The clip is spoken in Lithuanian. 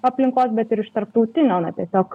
aplinkos bet ir iš tarptautinio na tiesiog